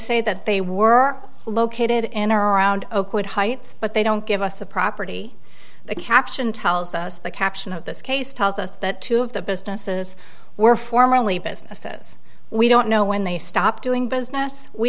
say that they were located in our around oakwood heights but they don't give us the property the caption tells us the caption of this case tells us that two of the businesses were formerly businesses we don't know when they stop doing business we